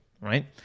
right